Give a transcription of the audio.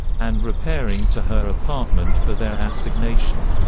and repairing to her apartment for their assignation.